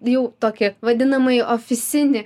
jau tokį vadinamąjį ofisinį